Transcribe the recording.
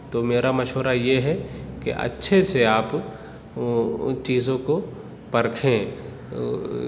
تو میرا مشورہ یہ ہے کہ اچھے سے آپ اُن چیزوں کو پرکھیں